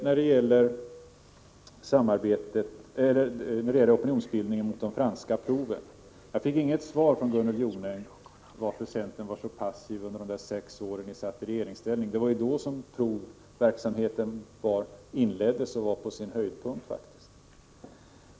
När det slutligen gäller opinionsbildningen mot de franska proven fick jag inget svar från Gunnel Jonäng på frågan varför centern var så passiv under de sex år när ni var i regeringsställning. Det var ju då som provverksamheten inleddes och faktiskt kom till sin höjdpunkt.